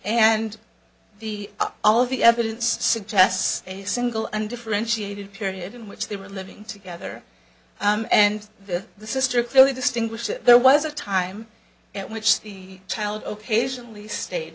and the all the evidence suggests a single and differentiated period in which they were living together and the sister clearly distinguished there was a time at which the child ok asian least stayed